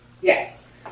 Yes